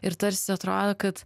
ir tarsi atrodo kad